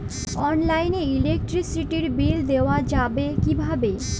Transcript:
অনলাইনে ইলেকট্রিসিটির বিল দেওয়া যাবে কিভাবে?